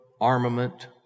armament